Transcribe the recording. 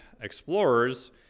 explorers